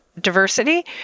diversity